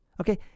Okay